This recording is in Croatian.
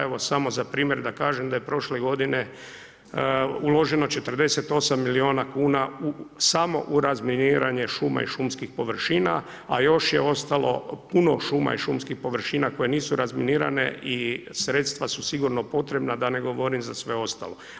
Evo za primjer da kažem da je prošle godine uloženo 48 milijuna kuna samo u razminiranje šuma i šumskih površina a još je ostalo puno šuma i šumskih površina koje nisu razminirane i sredstva su sigurno potrebna dane govorim za sve ostalo.